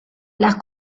las